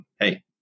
Hey